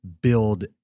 build